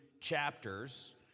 chapters